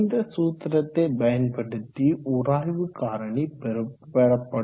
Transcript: இந்த சூத்திரத்தை பயன்படுத்தி உராய்வு காரணி பெறப்படும்